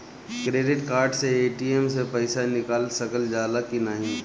Credit card से ATM से पइसा निकाल सकल जाला की नाहीं?